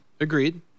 Agreed